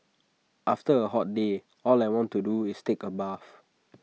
after A hot day all I want to do is take A bath